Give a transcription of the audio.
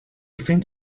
think